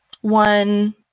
one